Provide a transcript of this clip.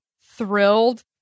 thrilled